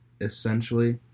essentially